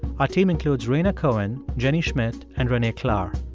our team includes rhaina cohen, jenny schmidt and renee klahr.